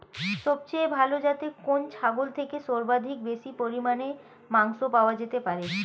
সবচেয়ে ভালো যাতে কোন ছাগল থেকে সর্বাধিক বেশি পরিমাণে মাংস পাওয়া যেতে পারে?